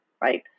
right